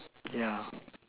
yeah